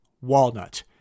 walnut